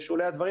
בשולי הדברים,